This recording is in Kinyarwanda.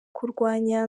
kurwanya